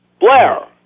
Blair